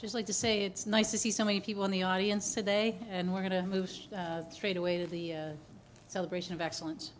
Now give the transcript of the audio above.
just like to say it's nice to see so many people in the audience today and we're going to move straight away to the celebration of excellen